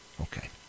Okay